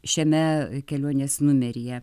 šiame kelionės numeryje